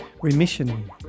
Remission